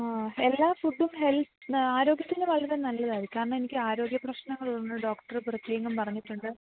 ആ എല്ലാ ഫുഡും ആരോഗ്യത്തിന് വളരെ നല്ലതാണ് കാരണം എനിക്ക് ആരോഗ്യപ്രശ്നങ്ങളുണ്ട് ഡോക്ടര് പ്രത്യേകം പറഞ്ഞിട്ടുണ്ട്